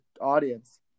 audience